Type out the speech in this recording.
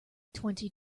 twenty